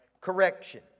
Correction